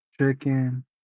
Chicken